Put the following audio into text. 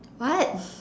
what